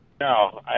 No